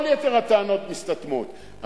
כל יתר הטענות מסתתמות.